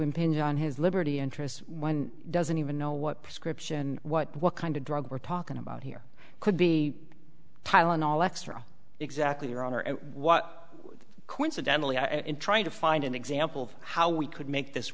impinge on his liberty interests one doesn't even know what prescription what what kind of drug we're talking about here could be tylenol extra exactly your honor and what coincidentally in trying to find an example of how we could make this